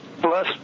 plus